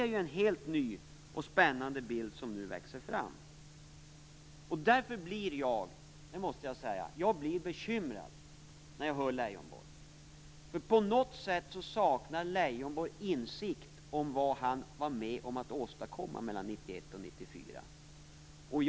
Det är en helt ny och spännande bild som nu växer fram. Därför blir jag, det måste jag säga, bekymrad när jag hör Leijonborg. På något sätt saknar Leijonborg insikt om vad han var med om att åstadkomma 1991-1994.